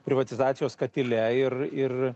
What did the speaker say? privatizacijos katile ir ir